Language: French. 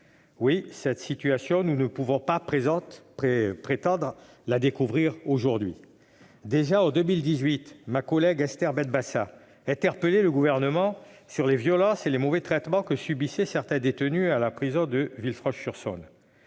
Cette situation, nous ne pouvons pas prétendre la découvrir aujourd'hui. Déjà en 2018, ma collègue Esther Benbassa interpellait le Gouvernement sur les violences et les mauvais traitements que subissaient certains détenus à la prison de Villefranche-sur-Saône.